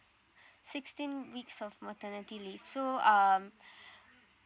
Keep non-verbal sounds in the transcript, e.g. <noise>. sixteen weeks of maternity leave so um <breath>